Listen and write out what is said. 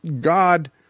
God